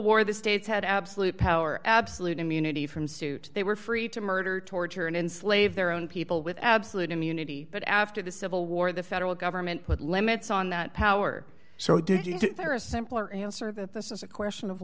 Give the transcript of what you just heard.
war the states had absolute power absolute immunity from suit they were free to murder torture and enslave their own people with absolute immunity but after the civil war the federal government put limits on that power so do you think there are a simpler answer that this is a question of